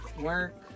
Work